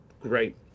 Great